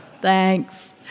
Thanks